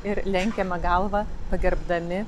ir lenkiame galvą pagerbdami